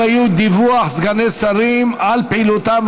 אחריות דיווח סגני שרים על פעילותם),